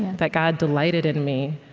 that god delighted in me,